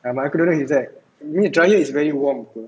ya my uncle don't know he's inside I mean the dryer is very warm